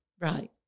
Right